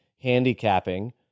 handicapping